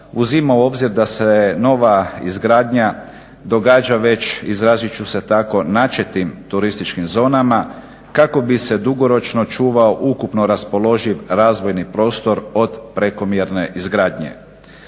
uzima u obzir da se nova izgradnja događa već izrazit ću se tako načetim turističkim zonama kako bi se dugoročno čuvao ukupno raspoložen razvojni prostor od prekomjerne izgradnje.